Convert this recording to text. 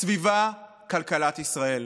הסביבה, כלכלת ישראל.